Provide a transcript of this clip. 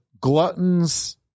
gluttons